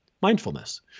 Mindfulness